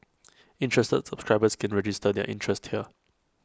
interested subscribers can register their interest here